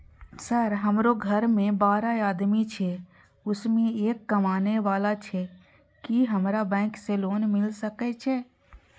Sir हमरो घर में बारह आदमी छे उसमें एक कमाने वाला छे की हमरा बैंक से लोन मिल सके छे?